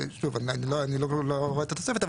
ששוב, אני לא רואה את התוספת שלה.